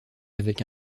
avec